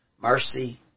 Mercy